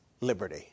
liberty